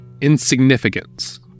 insignificance